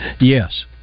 Yes